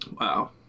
Wow